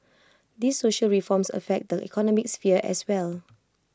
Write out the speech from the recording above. these social reforms affect the economic sphere as well